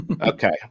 Okay